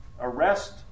arrest